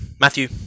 Matthew